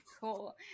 Cool